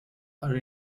are